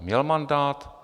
Měl mandát?